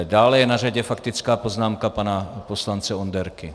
Dále je na řadě faktická poznámka pana poslance Onderky.